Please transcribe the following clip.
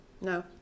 no